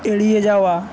এড়িয়ে যাওয়া